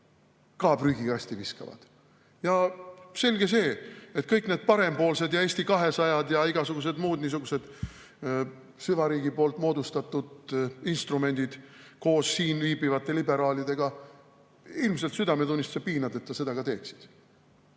ka prügikasti viskaks. Selge see, et kõik need Parempoolsed ja Eesti 200-d ja igasugused muud niisugused süvariigi moodustatud instrumendid koos siin viibivate liberaalidega ilmselt südametunnistuse piinadeta seda ka teeksid.